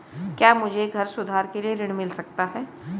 क्या मुझे घर सुधार के लिए ऋण मिल सकता है?